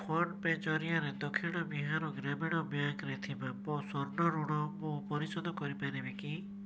PhonePe ଜରିଆରେ Dakshin Bihar Gramin bank ରେ ଥିବା ମୋ ସ୍ଵର୍ଣ୍ଣ ଋଣ ମୁଁ ପରିଶୋଧ କରିପାରିବି କି